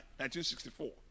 1964